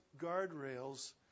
guardrails